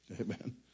Amen